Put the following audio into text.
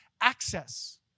access